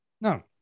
No